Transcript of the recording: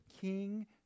King